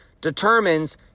determines